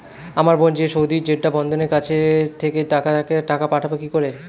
আমার বোন যে সৌদির জেড্ডা বন্দরের কাছে থাকে তাকে টাকা পাঠাবো কি করে?